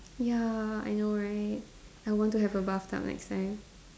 ya I know right I want to have a bathtub next time